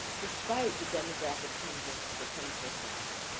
despite the demographic changes of the twenty first century,